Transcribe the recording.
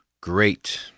Great